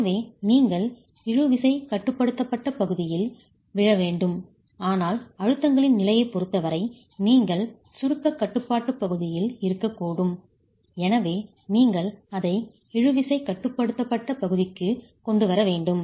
எனவே நீங்கள் இழு விசைகட்டுப்படுத்தப்பட்ட பகுதியில் விழ வேண்டும் ஆனால் அழுத்தங்களின் நிலையைப் பொறுத்தவரை நீங்கள் சுருக்கக் கட்டுப்பாட்டுப் பகுதியில் இருக்கக்கூடும் எனவே நீங்கள் அதை இழு விசைகட்டுப்படுத்தப்பட்ட பகுதிக்கு கொண்டு வர வேண்டும்